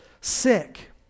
sick